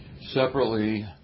separately